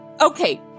Okay